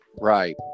Right